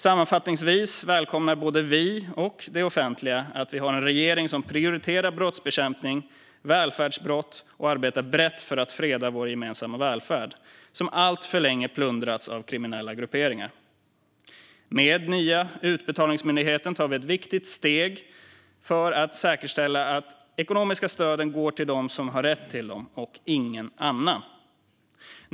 Sammanfattningsvis välkomnar både vi och det offentliga att vi har en regering som prioriterar brottsbekämpning och välfärdsbrott och arbetar brett för att freda vår gemensamma välfärd, som alltför länge plundrats av kriminella grupperingar. Med nya Utbetalningsmyndigheten tar vi ett viktigt steg för att säkerställa att de ekonomiska stöden går till dem som har rätt till dem och ingen annan.